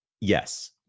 yes